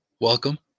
welcome